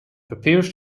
prepares